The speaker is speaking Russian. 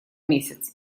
месяц